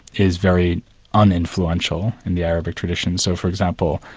is very uninfluential in the arabic tradition. so for example,